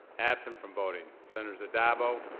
absent from voting, senators addabbo,